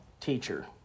teacher